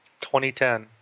2010